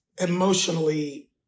emotionally